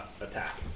attack